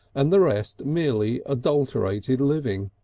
and the rest merely adulterated living.